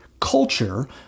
culture